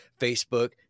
Facebook